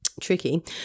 tricky